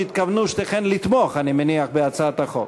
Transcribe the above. שתיהן התכוונו לתמוך, אני מניח, בהצעת החוק.